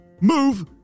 move